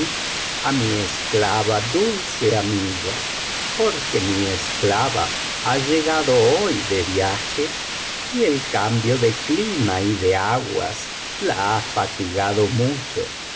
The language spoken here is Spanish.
á mi esclava dulce amiga porque mi esclava ha llegado hoy de viaje y el cambio de clima y de aguas la ha fatigado mucho